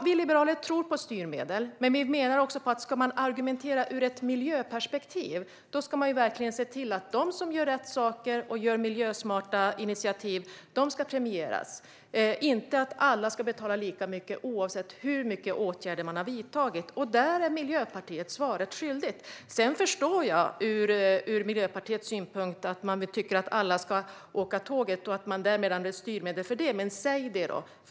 Vi liberaler tror på styrmedel, men ska man argumentera ur ett miljöperspektiv ska man verkligen se till att de som gör rätt saker och tar miljösmarta initiativ premieras - inte att alla ska betala lika mycket oavsett vilka åtgärder de har vidtagit. Där är Miljöpartiet svaret skyldigt. Sedan förstår jag att Miljöpartiet tycker att alla ska åka tåg och vill använda styrmedel för att uppnå det, men säg det då!